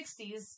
60s